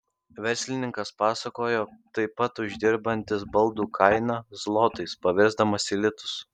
verslininkas pasakojo taip pat uždirbantis baldų kainą zlotais paversdamas į litus